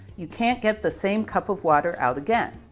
you can't get the same cup of water out again.